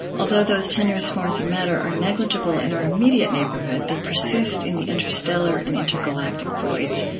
although those tenuous forms of matter are negligible in our immediate neighborhood, they persist in the interstellar and intergalactic voids,